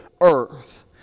earth